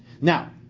Now